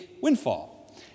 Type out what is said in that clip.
windfall